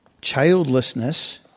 childlessness